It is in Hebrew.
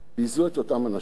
ביזו את אותם אנשים.